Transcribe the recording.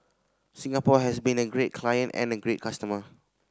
Singapore has been a great client and a great customer